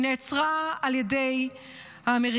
היא נעצרה על ידי האמריקאים,